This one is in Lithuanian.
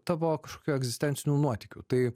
tavo kažkokiu egzistenciniu nuotykiu tai